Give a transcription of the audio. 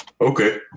Okay